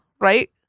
Right